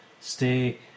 stay